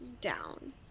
down